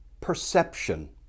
perception